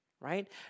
right